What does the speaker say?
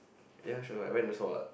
ya sure I went also [what]